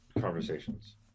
conversations